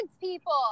people